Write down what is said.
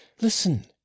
Listen